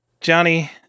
Johnny